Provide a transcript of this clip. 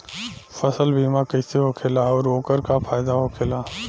फसल बीमा कइसे होखेला आऊर ओकर का फाइदा होखेला?